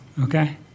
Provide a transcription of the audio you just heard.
okay